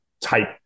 type